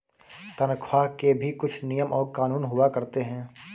तन्ख्वाह के भी कुछ नियम और कानून हुआ करते हैं